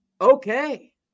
Okay